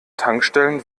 tankstellen